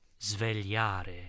Svegliare